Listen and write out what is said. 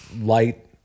light